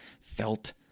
felt